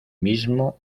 mismo